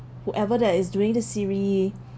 whoever that is doing the siri